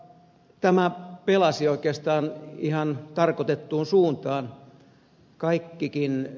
tämä pelasi oikeastaan ihan tarkoitettuun suuntaan